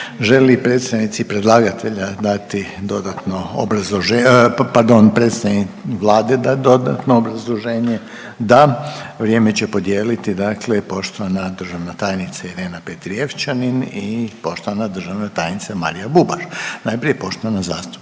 li predstavnici predlagatelja dati dodatno obrazlože… pardon predstavnik Vlade dati dodatno obrazloženje? Da. Vrijeme će podijeliti dakle poštovana državna tajnica Irena Petrijevčanin i poštovana državna tajnica Marija Bubaš, najprije poštovana zastupnica